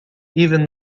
even